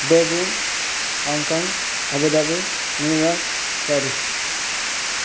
Beijing Hong Kong Abu Dhabi New York Paris